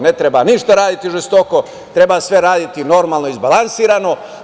Ne treba ništa raditi žestoko, treba sve raditi normalno i izbalansirano.